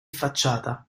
facciata